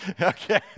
Okay